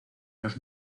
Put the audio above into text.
los